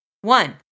One